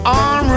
on